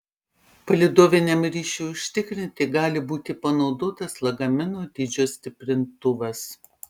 palydoviniam ryšiui užtikrinti gali būti panaudotas lagamino dydžio stiprintuvas